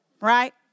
right